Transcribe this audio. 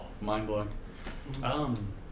Mind-blowing